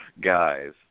guys